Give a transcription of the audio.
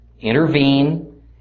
intervene